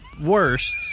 worst